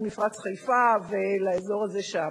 דליפה מכלור, ההערכה היא בין 0.9 מיליארד שקלים